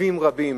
עיכובים רבים,